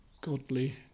godly